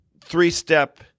three-step